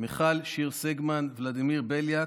מיכל שיר סגמן, ולדימיר בליאק,